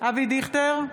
אבי דיכטר,